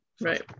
Right